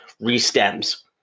re-stems